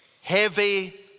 heavy